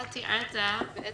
אתה תיארת את